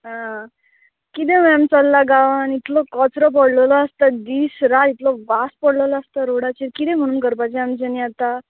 आं किदें मॅम चल्लां गांवान इतलो कोचरो पडलेलो आसता दीस रात इतलो वास पडलोलो आसता रोडाचेर किदें म्हणून करपाचें आमच्यानी आतां